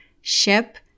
ship